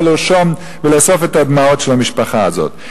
לרשום ולאסוף את הדמעות של המשפחה הזאת.